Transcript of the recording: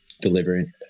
delivering